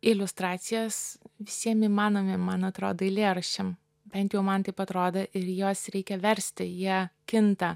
iliustracijas visiem įmanomiem man atrodo eilėraščiam bent jau man taip atrodo ir juos reikia versti jie kinta